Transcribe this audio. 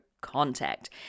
Contact